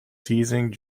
teasing